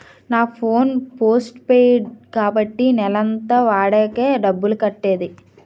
నా phone postpaid కాబట్టి నెలంతా వాడాకే డబ్బులు కట్టేది